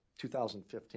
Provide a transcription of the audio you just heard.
2015